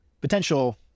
potential